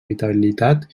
vitalitat